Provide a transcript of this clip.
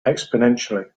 exponentially